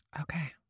Okay